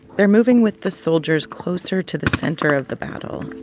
they're moving with the soldiers closer to the center of the battle.